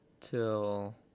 till